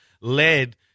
led